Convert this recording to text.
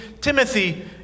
Timothy